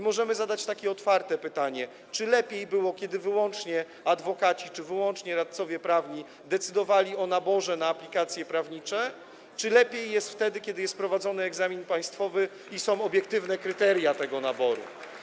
Możemy zadać takie otwarte pytanie: Czy lepiej było, kiedy wyłącznie adwokaci lub wyłącznie radcowie prawni decydowali o naborze na aplikacje prawnicze, czy lepiej jest, kiedy jest wprowadzony egzamin państwowy i są obiektywne kryteria tego naboru?